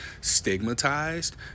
stigmatized